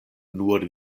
nur